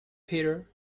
peter